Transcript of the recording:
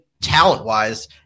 talent-wise